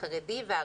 חרדי וערבי.